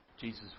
Jesus